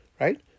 right